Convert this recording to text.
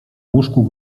łóżku